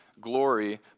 glory